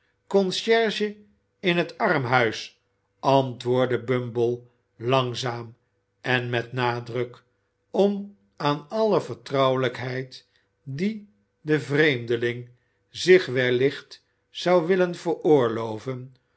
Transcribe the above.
conciërge in het arrnhuïs antwoordde bumble langzaam en met nadruk om aan alle vertrouwelijkheid die den vreemde ing zich we licht zou willen veroorloven